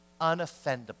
unoffendable